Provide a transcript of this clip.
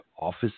office